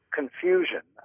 confusion